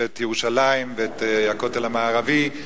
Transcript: את ירושלים ואת הכותל המערבי.